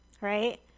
right